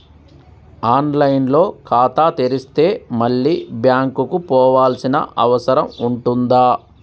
On line లో ఖాతా తెరిస్తే మళ్ళీ బ్యాంకుకు పోవాల్సిన అవసరం ఉంటుందా?